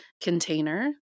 container